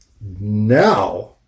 Now